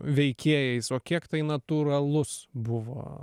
veikėjais o kiek tai natūralus buvo